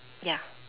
ya